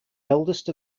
eldest